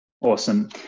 awesome